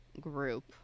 group